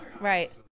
right